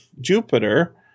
Jupiter